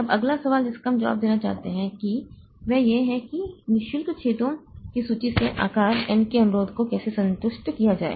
अब अगला सवाल जिसका हम जवाब देना चाहते हैं वह यह है कि नि शुल्क छेदों की सूची से आकार n के अनुरोध को कैसे संतुष्ट किया जाए